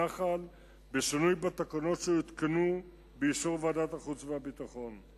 הנח"ל בשינוי בתקנות שיותקנו באישור ועדת החוץ והביטחון.